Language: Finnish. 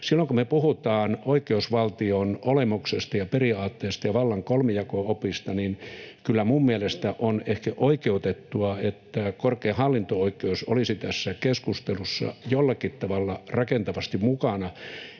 Silloin kun me puhutaan oikeusvaltion olemuksesta ja periaatteesta ja vallan kolmijako-opista, niin kyllä minun mielestäni on ehkä oikeutettua, että korkein hallinto-oikeus olisi tässä keskustelussa jollakin tavalla rakentavasti mukana.